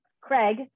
Craig